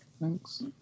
thanks